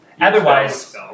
Otherwise